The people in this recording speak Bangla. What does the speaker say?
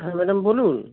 হ্যাঁ ম্যাডাম বলুন